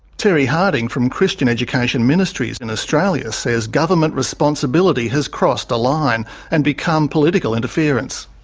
terry harding from christian education ministries in australia says government responsibility has crossed a line and become political interference.